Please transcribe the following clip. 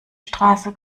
straße